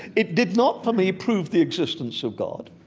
it did not for me prove the existence of god.